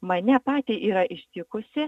mane patį yra ištikusi